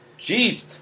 Jeez